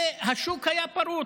והשוק היה פרוץ.